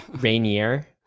rainier